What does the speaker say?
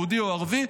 יהודי או ערבי,